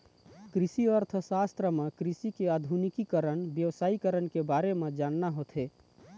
कृषि अर्थसास्त्र म कृषि के आधुनिकीकरन, बेवसायिकरन के बारे म जानना होथे